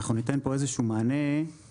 אנחנו ניתן פה איזה שהוא מענה לפתרון.